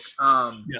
Yes